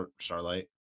Starlight